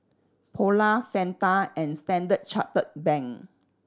Polar Fanta and Standard Chartered Bank